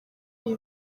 iyi